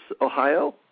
Ohio